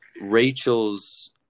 Rachel's